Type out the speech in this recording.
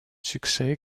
succès